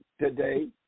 today